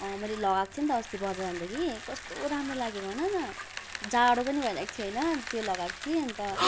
अँ मैले लगाएको थिएँ नि त अस्ति बजार जाँदा कि कस्तो राम्रो लाग्यो भन न जाडो पनि भइरहेको थियो होइन त्यो लगाएको थिएँ कि अन्त